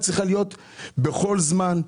היא צריכה להיות בכל זמן,